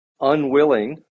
unwilling